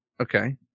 Okay